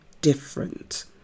different